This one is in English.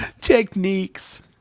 techniques